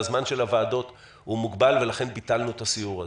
והזמן של הוועדות הוא מוגבל ולכן ביטלנו את הסיור הזה.